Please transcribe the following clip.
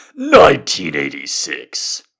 1986